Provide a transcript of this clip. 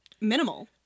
minimal